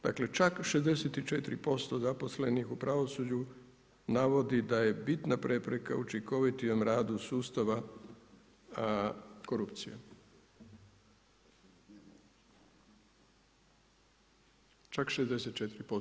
Dakle čak 64% zaposlenih u pravosuđu navodi da je bitna prepreka učinkovitijem radu sustava korupcija, čak 64%